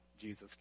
Jesus